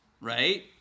right